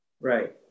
Right